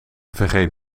vergeet